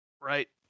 right